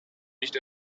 nicht